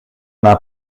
n’a